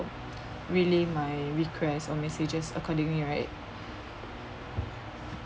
release my request or messages accordingly right